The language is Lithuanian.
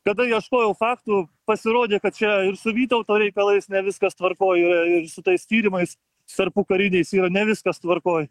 kada ieškojau faktų pasirodė kad čia ir su vytauto reikalais ne viskas tvarkoj yra ir su tais tyrimais su tarpukariniais yra ne viskas tvarkoj